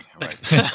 right